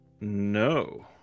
no